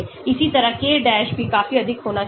इसी तरह k dash भी काफी अधिक होना चाहिए